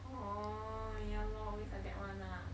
orh ya lor always like that [one] lah